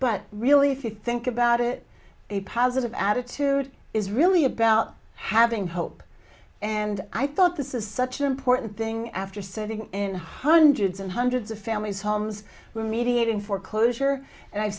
but really if you think about it a positive attitude is really about having hope and i thought this is such an important thing after sitting in hundreds and hundreds of families homes remediating foreclosure and i've